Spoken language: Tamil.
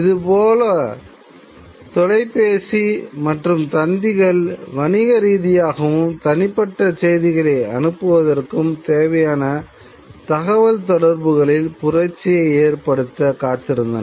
இதேபோல் தொலைபேசி மற்றும் தந்திகள் வணிக ரீதியாகவும் தனிப்பட்ட செய்திகளை அனுப்புவதற்கும் தேவையான தகவல்தொடர்புகளில் புரட்சியை ஏற்படுத்த காத்திருந்தன